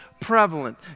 prevalent